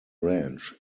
branch